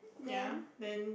ya then